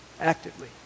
Actively